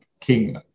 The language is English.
king